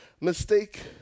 mistake